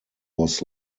was